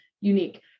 unique